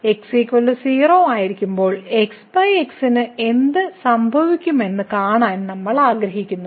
x 0 ആയിരിക്കുമ്പോൾ ന് എന്ത് സംഭവിക്കുമെന്ന് കാണാൻ നമ്മൾ ആഗ്രഹിക്കുന്നു